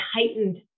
heightened